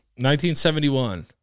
1971